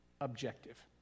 objective